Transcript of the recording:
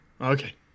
Okay